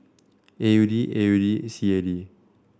A U D A U D C A D